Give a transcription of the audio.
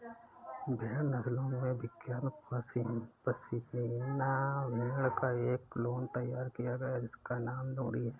भेड़ नस्लों में विख्यात पश्मीना भेड़ का एक क्लोन तैयार किया गया है जिसका नाम नूरी है